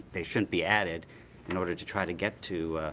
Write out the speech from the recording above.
they shouldn't be added in order to try to get to